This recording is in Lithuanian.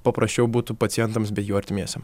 paprasčiau būtų pacientams bei jų artimiesiem